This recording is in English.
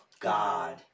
God